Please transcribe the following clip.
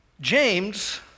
James